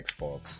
Xbox